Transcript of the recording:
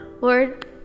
Lord